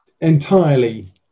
entirely